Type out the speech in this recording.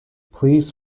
please